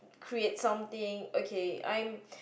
create something okay I'm